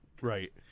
Right